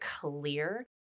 clear